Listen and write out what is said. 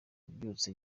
kubyutsa